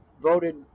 voted